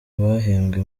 bahembwe